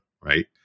right